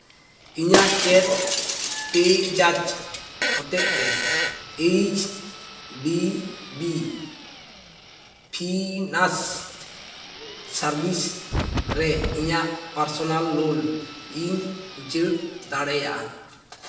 ᱤᱧᱟᱹᱜ ᱪᱮᱫ ᱯᱮᱡᱟᱡ ᱦᱚᱛᱮᱡᱼᱛᱮ H D B finance service ᱨᱮ ᱤᱧᱟᱹᱜ ᱯᱟᱨᱥᱳᱱᱟᱞ ᱞᱳᱱ ᱤᱧ ᱩᱪᱟᱹᱲ ᱫᱟᱲᱮᱭᱟᱜᱼᱟ